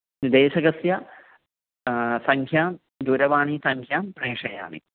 निर्देशकस्य सङ्ख्यां दूरवाणीसङ्ख्यां प्रेषयामि